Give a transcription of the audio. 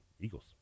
Eagles